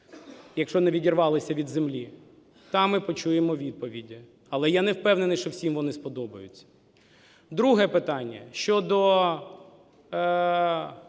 якщо не відірвалися від землі, там ми почуємо відповіді. Але я не впевнений, що всім вони сподобаються. Друге питання – щодо